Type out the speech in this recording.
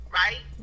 right